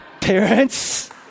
Parents